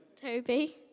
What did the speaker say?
Toby